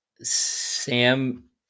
Sam